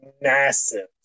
massive